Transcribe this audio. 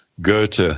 Goethe